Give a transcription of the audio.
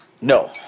No